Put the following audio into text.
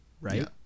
right